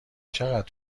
چقدر